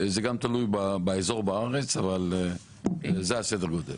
זה גם תלוי באזור בארץ אבל זה סדר הגודל.